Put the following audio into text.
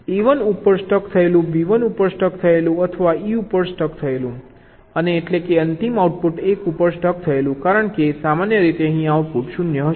A 1 ઉપર stuck થયેલું B 1 ઉપર સ્ટક થયેલું અથવા E ઉપર સ્ટક થયેલું અને એટલેકે અંતિમ આઉટપુટ 1 ઉપર સ્ટક થયેલું કારણ કે સામાન્ય રીતે અહીં આઉટપુટ 0 હશે